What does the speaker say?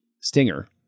stinger